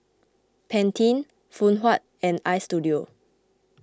Pantene Phoon Huat and Istudio